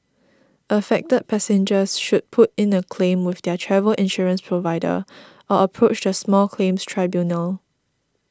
affected passengers should put in a claim with their travel insurance provider or approach the small claims tribunal